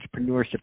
entrepreneurship